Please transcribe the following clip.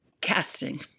Casting